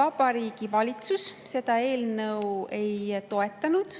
Vabariigi Valitsus seda eelnõu ei toetanud.